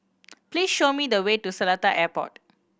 please show me the way to Seletar Airport